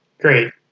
Great